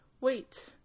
wait